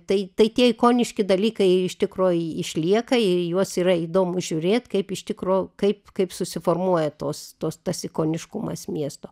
tai tai tie ikoniški dalykai iš tikro išlieka ir į juos yra įdomu žiūrėt kaip iš tikro kaip kaip susiformuoja tos tos tas ikoniškumas miesto